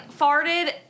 farted